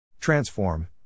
Transform